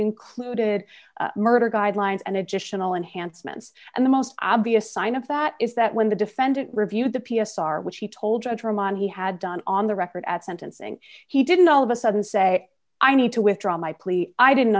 included murder guidelines and additional enhanced ments and the most obvious sign of that is that when the defendant reviewed the p s r which he told judge roman he had done on the record at sentencing he didn't all of a sudden say i need to withdraw my plea i didn't